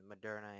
Moderna